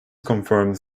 confirmed